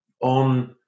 on